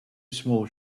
small